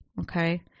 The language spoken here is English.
Okay